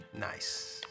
Nice